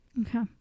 Okay